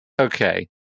Okay